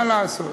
מה לעשות,